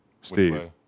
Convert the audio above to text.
Steve